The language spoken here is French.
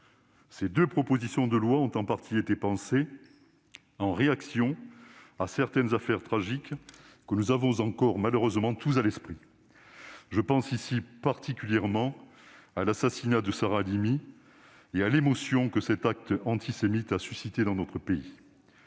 d'avoir commis. Elles ont en partie été pensées en réaction à certaines affaires tragiques que nous avons encore malheureusement tous à l'esprit. Je pense ici particulièrement à l'assassinat de Sarah Halimi et à l'émotion que cet acte antisémite a suscitée dans notre pays.